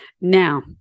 now